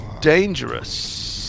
Dangerous